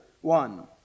one